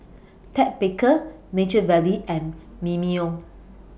Ted Baker Nature Valley and Mimeo